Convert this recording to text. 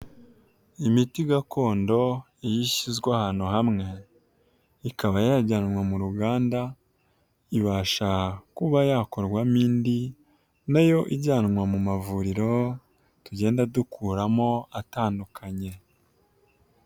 Imiti gakondo iyo ishyizwe ahantu hamwe ikaba yajyanwa mu ruganda ibasha kuba yakorwamo indi na yo ijyanwa mu mavuriro tugenda dukuramo atandukanye.